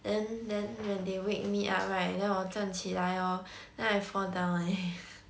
then then when they wake me up right then 我站起来 orh then I fall down eh